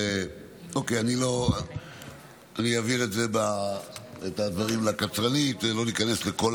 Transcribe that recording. אוקיי, אני אעביר את הדברים לקצרנית, לא ניכנס לכל